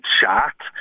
shocked